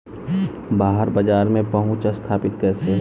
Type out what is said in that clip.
बाहर बाजार में पहुंच स्थापित कैसे होई?